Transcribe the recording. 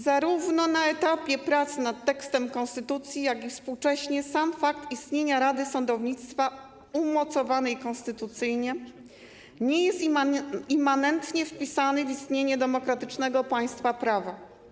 Zarówno na etapie prac nad tekstem konstytucji, jak i współcześnie sam fakt istnienia Krajowej Rady Sądownictwa umocowanej konstytucyjnie nie jest immanentnie wpisany w istnienie demokratycznego państwa prawa.